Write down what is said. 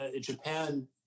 Japan